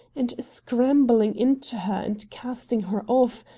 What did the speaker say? and, scrambling into her and casting her off,